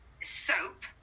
soap